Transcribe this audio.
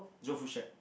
Joe food shack